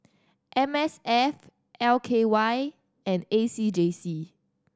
M S F L K Y and A C J C